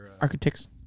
Architects